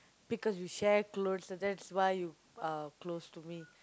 because you share clothes that that's why you uh close to me